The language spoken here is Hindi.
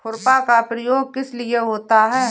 खुरपा का प्रयोग किस लिए होता है?